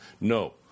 No